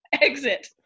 Exit